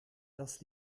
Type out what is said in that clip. das